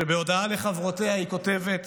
שבהודעה לחברותיה היא כותבת: